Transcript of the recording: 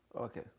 Okay